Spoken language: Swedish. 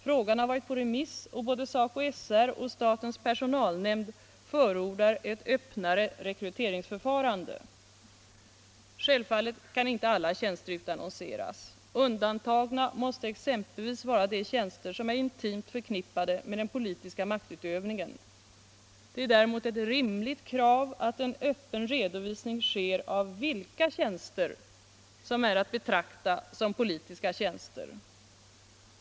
Frågan har varit på remiss och både SACO/SR och statens personalnämnd förordar ett öppnare rekryteringsförfarande. Självfallet kan inte alla tjänster utannonseras. Undantagna måste vara exempelvis de tjänster som är intimt förknippade med den politiska maktutövningen. Det är däremot ett rimligt krav att en öppen redovisning sker av vilka tjänster som är att betrakta som politiska.